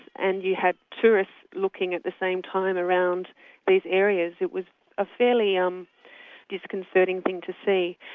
and you had tourists looking at the same time around these areas, it was a fairly um disconcerting thing to see,